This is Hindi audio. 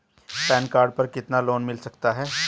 पैन कार्ड पर कितना लोन मिल सकता है?